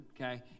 okay